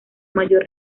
mayor